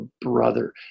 brother